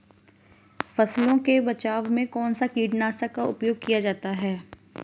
फसलों के बचाव में कौनसा कीटनाशक का उपयोग किया जाता है?